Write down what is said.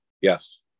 Yes